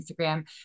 Instagram